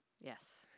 Yes